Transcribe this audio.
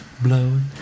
Blowing